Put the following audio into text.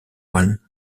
one